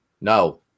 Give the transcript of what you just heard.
no